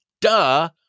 duh